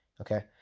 okay